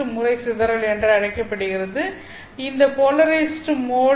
முறை சிதறல் என்று அழைக்கப்படுகிறது இந்த போலரைஸ்ட் மோட்